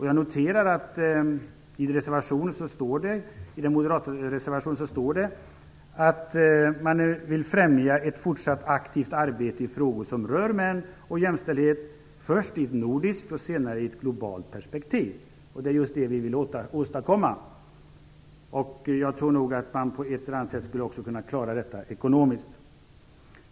Jag noterar att det i den moderata reservationen står att man vill främja ett fortsatt aktivt arbete i frågor som rör män och jämställdhet, först i ett nordiskt och senare i ett globalt perspektiv. Det är just detta som vi vill åstadkomma. På ett eller annat sätt skulle man nog också kunna klara detta ekonomiskt.